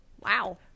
Wow